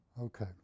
Okay